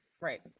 Right